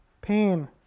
pain